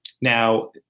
Now